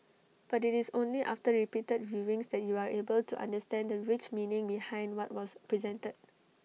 but IT is only after repeated viewings that you are able to understand the rich meaning behind what was presented